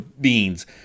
beans